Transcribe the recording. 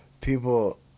people